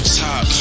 top